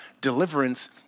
deliverance